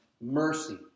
mercy